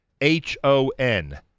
H-O-N